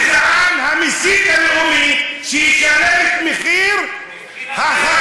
הגזען, המסית הלאומי, שישלם את מחיר החקיקה שלך.